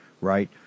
right